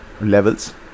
levels